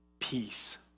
Peace